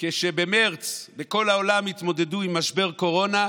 כשבמרץ בכל העולם התמודדו עם משבר קורונה,